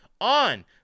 on